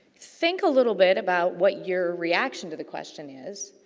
think a little bit about what your reaction to the question is,